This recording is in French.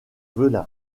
velay